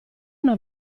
una